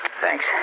Thanks